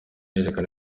yerekana